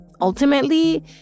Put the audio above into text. ultimately